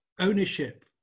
ownership